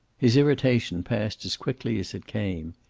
his irritation passed as quickly as it came.